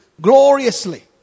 gloriously